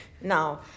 Now